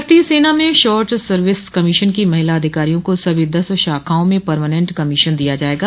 भारतीय सेना में शॉर्ट सर्विस कमीशन की महिला अधिकारियों को सभी दस शाखाओं में पर्मानेंट कमीशन दिया जाएगा